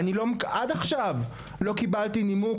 עד כה לא קיבלתי נימוק,